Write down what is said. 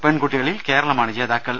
പെൺകുട്ടിക ളിൽ കേരളമാണ് ജേതാക്കൾ